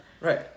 Right